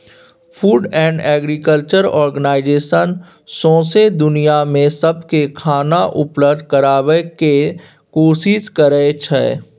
food and agriculture organisation सौंसै दुनियाँ मे सबकेँ खाना उपलब्ध कराबय केर कोशिश करइ छै